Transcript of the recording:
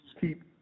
keep